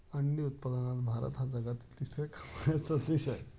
अंडी उत्पादनात भारत हा जगातील तिसऱ्या क्रमांकाचा देश आहे